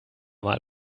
mal